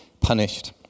punished